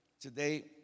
today